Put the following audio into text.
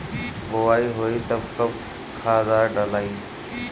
बोआई होई तब कब खादार डालाई?